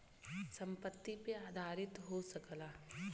संपत्ति पे आधारित हो सकला